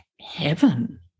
heaven